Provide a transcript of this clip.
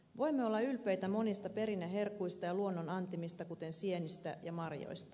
voimme olla ylpeitä monista perinneherkuista ja luonnon antimista kuten sienistä ja marjoista